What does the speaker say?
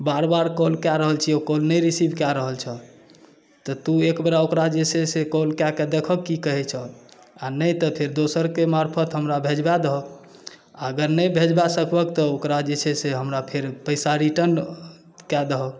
बेर बेर कॉल कऽ रहल छिए ओ कॉल नहि रिसीव कऽ रहल छै तोँ एक बेर कॉल कऽ कऽ देखहक की कहै छै नहि तँ फेर दोसराक मार्फत हमरा भेजबा दहक जँ नहि भेजबा सकबहक तँ ओकरा जे छै से हमरा पइसा रिटर्न कए दहक